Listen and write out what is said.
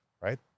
right